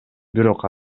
бирок